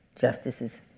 justices